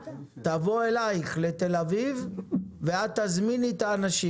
תבוא אלייך לתל אביב ואת תזמיני את האנשים,